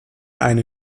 eine